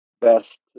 Best